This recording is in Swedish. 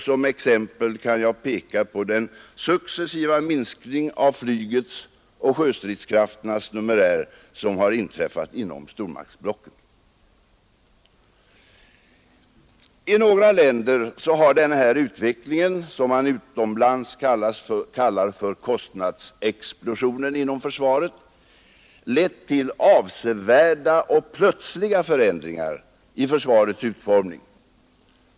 Som exempel kan jag peka på den successiva minskning av flygets och sjöstridskrafternas numerär som inträffat inom stormaktsblocken. I några länder har den här utvecklingen, som man utomlands kallar kostnadsexplosionen inom försvaret, lett till avsevärda och plötsliga förändringar av försvarets utformning.